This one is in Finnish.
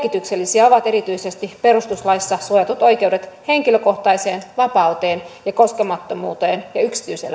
merkityksellisiä ovat erityisesti perustuslaissa suojatut oikeudet henkilökohtaiseen vapauteen ja koskemattomuuteen ja yksityiselämän suojaan